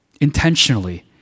intentionally